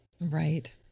right